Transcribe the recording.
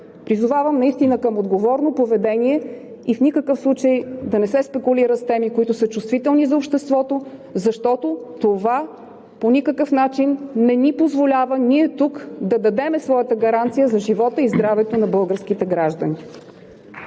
Призовавам наистина към отговорно поведение. В никакъв случай да не се спекулира с теми, които са чувствителни за обществото, защото това по никакъв начин не ни позволява тук ние да дадем своята гаранция за живота и здравето на българските граждани.